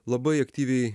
labai aktyviai